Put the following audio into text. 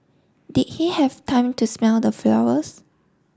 did he have time to smell the flowers